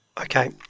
Okay